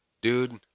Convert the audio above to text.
dude